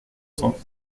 cents